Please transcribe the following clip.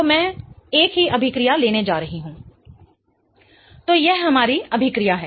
तो मैं एक ही अभिक्रिया लेने जा रही हूं HCl H2O ⇋ Cl H3O तो यह हमारी अभिक्रिया है